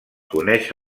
coneix